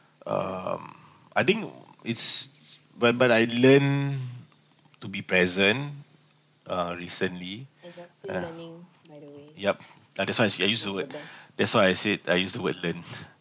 um I think it's whereby I learn to be present uh recently yeah yup ah that's why I I used the word that's why I said I used the word learn